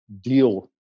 deal